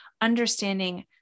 understanding